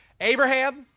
Abraham